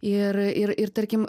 ir ir ir tarkim